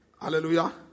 Hallelujah